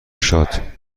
شاد